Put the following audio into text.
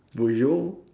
bonjour